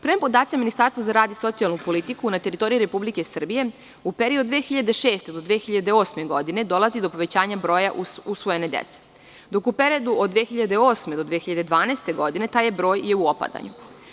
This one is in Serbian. Prema podacima Ministarstva za rad i socijalnu politiku na teritoriji Republike Srbije, u periodu 2006. do 2008. godine, dolazi do povećanja broja usvojene dece, dok u periodu od 2008. do 2012. godine taj broj je u opadanju.